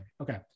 okay